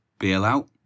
bailout